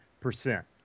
percent